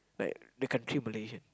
like the country Malaysia